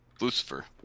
Lucifer